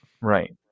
right